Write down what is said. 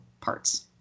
parts